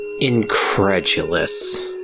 incredulous